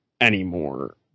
anymore